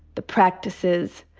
the practices,